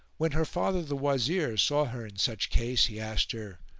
when her father, the wazir, saw her in such case, he asked her,